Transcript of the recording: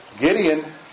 Gideon